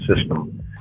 system